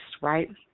Right